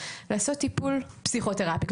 לעשות טיפול פסיכותרפי.